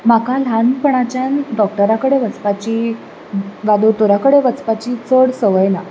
म्हाका ल्हानपणांच्यान डॉक्टरा कडेन वचपाची वा दोतोरा कडेन वचपाची चड संवय ना